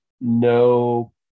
No